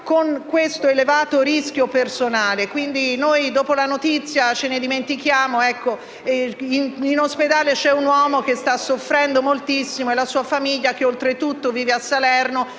con un elevato rischio personale. Noi, dopo la notizia, ce ne dimentichiamo, ma in ospedale c'è un uomo che sta soffrendo moltissimo e la sua famiglia, oltretutto, vive a Salerno